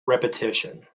repetition